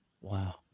Wow